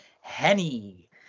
Henny